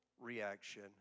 reaction